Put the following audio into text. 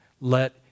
let